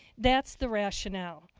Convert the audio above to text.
that's the rationale.